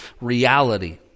reality